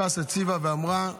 ש"ס התייצבה ואמרה: